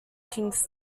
kingston